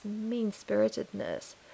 mean-spiritedness